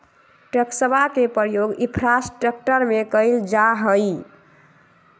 टैक्सवा के प्रयोग इंफ्रास्ट्रक्टर में कइल जाहई